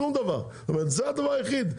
זאת אומרת שזה הדבר היחיד.